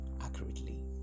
accurately